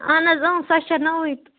اَہَن حظ سۄ چھےٚ نٔوٕے تہٕ